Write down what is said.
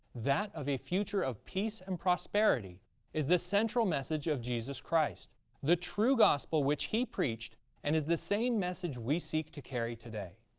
that of a future of peace and prosperity is the central message of jesus christ-the true gospel which he preached and is the same message we seek to carry today.